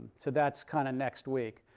so that's kind of next week.